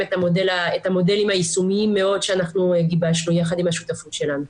את המודלים היישומיים מאוד שאנחנו גיבשנו ביחד עם השותפים שלנו.